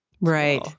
Right